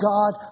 God